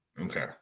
Okay